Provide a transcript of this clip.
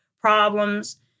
problems